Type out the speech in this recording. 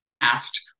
asked